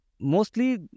mostly